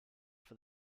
for